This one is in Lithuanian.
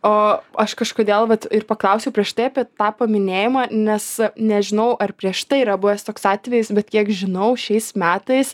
o aš kažkodėl vat ir paklausiau prieš tai apie tą paminėjimą nes nežinau ar prieš tai yra buvęs toks atvejis bet kiek žinau šiais metais